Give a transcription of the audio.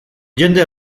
jende